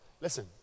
Listen